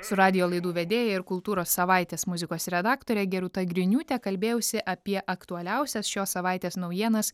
su radijo laidų vedėja ir kultūros savaitės muzikos redaktore gerūta griniūtė kalbėjausi apie aktualiausias šios savaitės naujienas